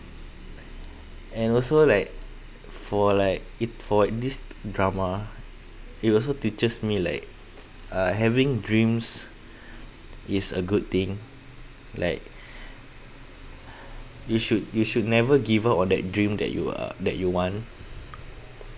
and also like for like it for this drama it also teaches me like uh having dreams is a good thing like you should you should never give up on that dream that you are that you want